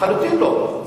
לחלוטין לא,